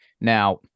Now